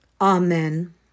amen